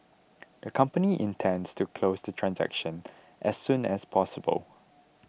the company intends to close the transaction as soon as possible